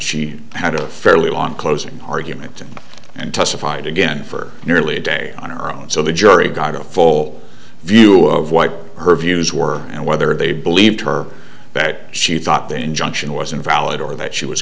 she had a fairly long closing argument and testified again for nearly a day on our own so the jury got a full view of what her views were and whether they believe her that she thought the injunction was invalid or that she was